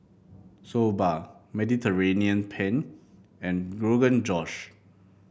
Soba Mediterranean Penne and Rogan Josh